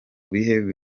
bihe